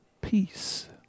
peace